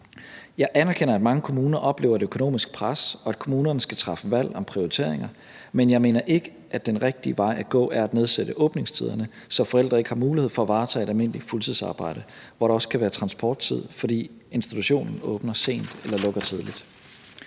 Jeg anerkender, at mange kommuner oplever et økonomisk pres, og at kommunerne skal træffe valg om prioriteringer. Men jeg mener ikke, at den rigtige vej at gå er at nedsætte åbningstiderne, så forældre ikke har mulighed for at varetage et almindeligt fuldtidsarbejde, hvor der også kan være transporttid, fordi institutionerne åbner sent eller lukker tidligt.